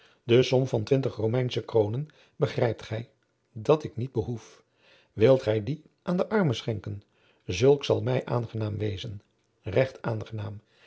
de som van twintig romeinsche kroonen begrijpt gij dat ik niet behoef wilt gij die aan de armen schenken zulks zal mij adriaan loosjes pzn het leven van maurits lijnslager aangenaam wezen regt aangenaam